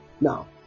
Now